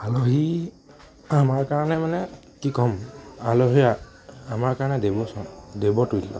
আলহী আমাৰ কাৰণে মানে কি ক'ম আলহী আমাৰ কাৰণে দেৱচৰ দেৱতুল্য